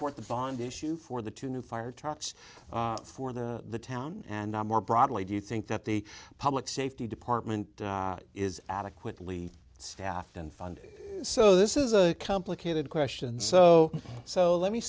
support the bond issue for the two new fire trucks for the town and more broadly do you think that the public safety department is adequately staffed and fund so this is a complicated question so so let me